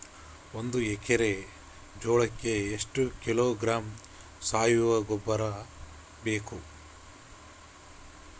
ಒಂದು ಎಕ್ಕರೆ ಜೋಳಕ್ಕೆ ಎಷ್ಟು ಕಿಲೋಗ್ರಾಂ ಸಾವಯುವ ಗೊಬ್ಬರ ಬೇಕು?